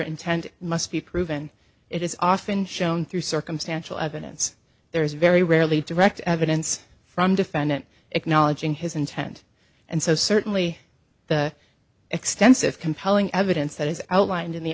intent must be proven it is often shown through circumstantial evidence there is very rarely direct evidence from defendant acknowledging his intent and so certainly the extensive compelling evidence that is outlined in the